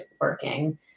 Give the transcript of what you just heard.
working